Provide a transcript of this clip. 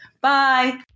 Bye